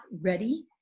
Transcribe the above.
ready